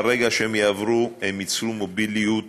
ברגע שהם יעברו הם ייצרו מוביליות